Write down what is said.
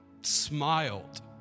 smiled